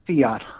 fiat